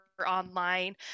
online